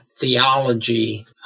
theology